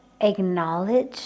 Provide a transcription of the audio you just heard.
acknowledge